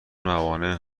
موانع